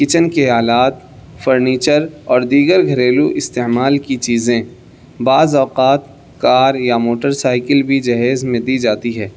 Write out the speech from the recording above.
kitchen کے آلات furniture اور دیگر گھریلو استعمال کی چیزیں بعض اوقات کار یا موٹر سائیکل بھی جہیز میں دی جاتی ہے